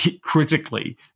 critically